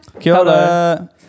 Hello